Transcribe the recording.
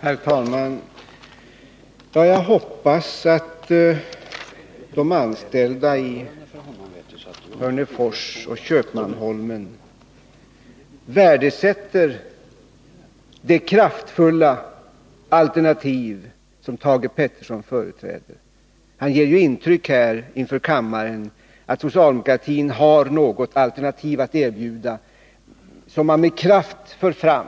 Herr talman! Jag hoppas att de anställda i Hörnefors och Köpmanholmen värdesätter det kraftfulla alternativ som Thage Peterson företräder — han ger ju inför kammaren intrycket att socialdemokratin har något alternativ att erbjuda som man med kraft för fram.